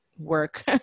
work